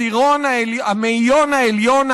המאיון העליון,